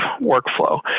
workflow